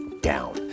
down